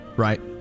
right